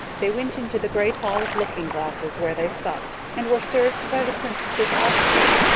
they went into the great hall of looking-glasses, where they supped, and were served by the princess's officers,